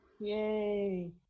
Yay